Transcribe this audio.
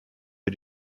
wir